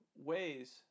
ways